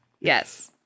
Yes